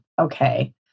okay